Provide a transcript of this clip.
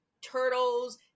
turtles